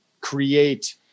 create